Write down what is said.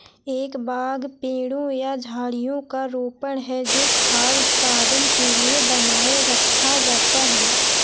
एक बाग पेड़ों या झाड़ियों का रोपण है जो खाद्य उत्पादन के लिए बनाए रखा जाता है